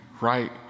right